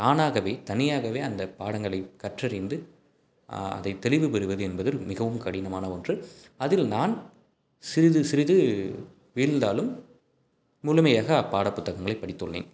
தானாகவே தனியாகவே அந்த பாடங்களை கற்றறிந்து அதை தெளிவு பெறுவது என்பதில் மிகவும் கடினமான ஒன்று அதில் நான் சிறிது சிறிது பிரிந்தாலும் முழுமையாக அப்பாடப்புத்தகங்களை படித்துள்ளேன்